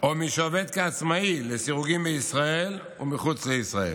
או מי שעובד כעצמאי לסירוגין בישראל ומחוץ לישראל,